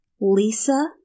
Lisa